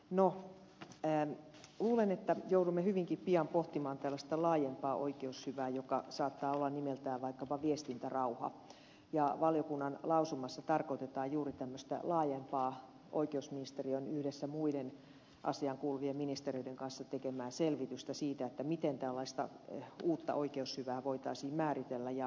no luulen että joudumme hyvinkin pian pohtimaan tällaista laajempaa oikeushyvää joka saattaa olla nimeltään vaikkapa viestintärauha ja valiokunnan lausumassa tarkoitetaan juuri tämmöistä laajempaa oikeusministeriön yhdessä muiden asiaankuuluvien ministeriöiden kanssa tekemää selvitystä siitä että miten tällaista uutta oikeushyvää voitaisiin määritellä ja miten se turvataan